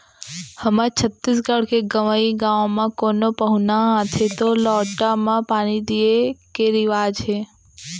हमर छत्तीसगढ़ के गँवइ गाँव म कोनो पहुना आथें तौ लोटा म पानी दिये के रिवाज हे